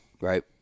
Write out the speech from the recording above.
Right